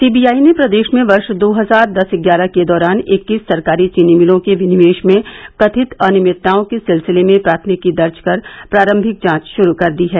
CBI ने प्रदेश में वर्ष दो हजार दस ग्यारह के दौरान इक्कीस सरकारी चीनी मिलों के विनिवेश में कथित अनियमितताओं के सिलसिले में प्राथमिकी दर्ज कर प्रारंभिक जांच शुरू कर दी है